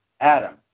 Adam